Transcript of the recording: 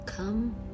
Come